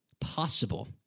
possible